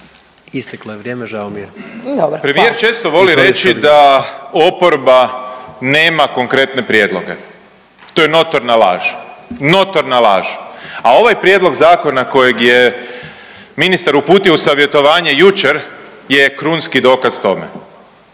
Izvolite. **Grbin, Peđa (SDP)** Premijer često voli reći da oporba nema konkretne prijedloge. To je notorna laž. Notorna laž. A ovaj prijedlog zakona kojeg je ministar uputio u savjetovanje jučer je krunski dokaz tome